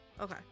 Okay